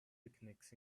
techniques